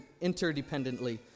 interdependently